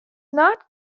not